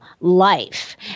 life